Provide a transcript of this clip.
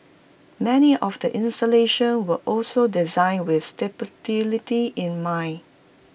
many of the installations were also designed with in mind